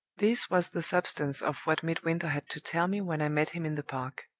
this was the substance of what midwinter had to tell me when i met him in the park.